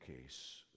case